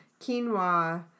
quinoa